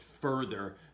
further